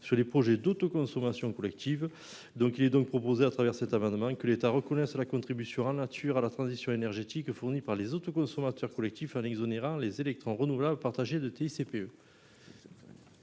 sur les projets d’autoconsommation collective. Il est donc proposé que l’État reconnaisse la contribution en nature à la transition énergétique fournie par les autoconsommateurs collectifs, en exonérant les électrons renouvelables partagés de TICFE. La